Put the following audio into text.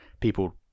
people